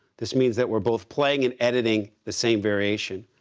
this means that we're both playing and editing the same variation.